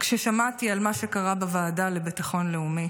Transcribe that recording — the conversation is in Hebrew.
כששמעתי על מה שקרה בוועדה לביטחון לאומי